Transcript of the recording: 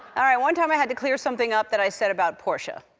all right, one time i had to clear something up that i said about portia.